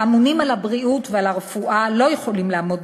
האמונים על הבריאות ועל הרפואה לא יכולים לעמוד